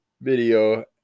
video